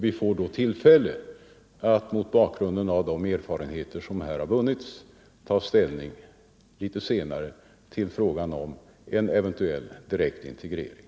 Vi får alltså tillfälle att, mot bakgrund av de erfarenheter som vunnits, senare ta ställning till frågan om en eventuell direkt integrering.